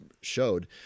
showed